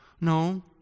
No